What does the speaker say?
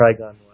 Trigon